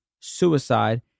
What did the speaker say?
suicide